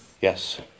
Yes